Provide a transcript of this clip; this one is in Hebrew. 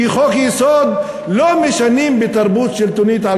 כי בתרבות שלטונית לא משנים חוק-יסוד על